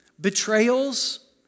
betrayals